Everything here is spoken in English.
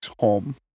home